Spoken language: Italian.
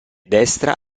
destra